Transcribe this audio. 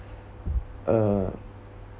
uh